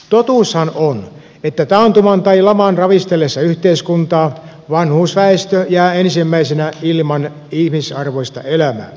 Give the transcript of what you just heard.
totuushan on että taantuman tai laman ravistellessa yhteiskuntaa vanhuusväestö jää ensimmäisenä ilman ihmisarvoista elämää